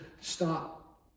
stop